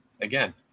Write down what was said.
again